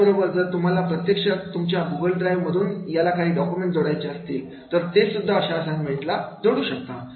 याच बरोबर जर तुम्हाला प्रत्यक्षरीत्या तुमच्या गुगल ड्राईव्ह मधून याला डॉक्युमेंट जोडायचे असेल तर तेसुद्धा अशा असाइन्मेंट ला जोडू शकता